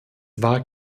war